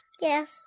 Yes